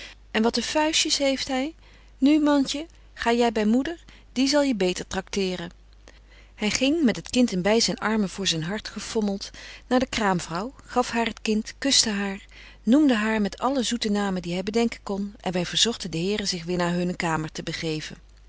en watte vuistjes heeft hy nu mantje ga jy by moeder die zal je beter traktéren hy ging met het kind in bei zyn armen voor zyn hart gefommelt naar de kraamvrouw gaf haar t kind kuschte haar noemde haar met alle zoete namen die hy bedenken kon en wy verzogten de heren zich weêr naar hunne kamer te begeven